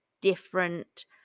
different